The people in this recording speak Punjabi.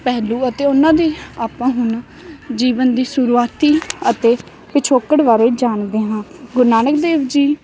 ਪਹਿਲੂ ਅਤੇ ਉਹਨਾਂ ਦੀ ਆਪਾਂ ਹੁਣ ਜੀਵਨ ਦੀ ਸ਼ੁਰੂਆਤੀ ਅਤੇ ਪਿਛੋਕੜ ਬਾਰੇ ਜਾਣਦੇ ਹਾਂ ਗੁਰੂ ਨਾਨਕ ਦੇਵ ਜੀ